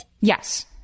Yes